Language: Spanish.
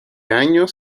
años